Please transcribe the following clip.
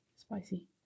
Spicy